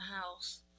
house